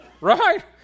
Right